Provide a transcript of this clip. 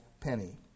penny